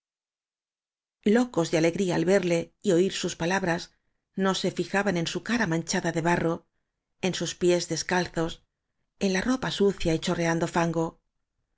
locos de alegría al verle y oir sus palabras no se fijaban en su cara manchada de barro en sus pies descalzos en la ropa sucia y cho rreando fansfo